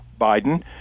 Biden